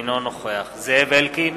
אינו נוכח זאב אלקין,